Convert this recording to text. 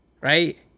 right